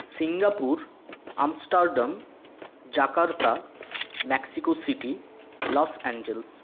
Singapore Amsterdam Jakarta Mexico City Los Angeles